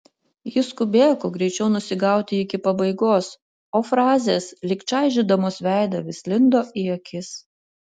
ji skubėjo kuo greičiau nusigauti iki pabaigos o frazės lyg čaižydamos veidą vis lindo į akis